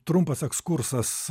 trumpas ekskursas